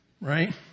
Right